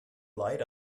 light